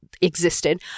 existed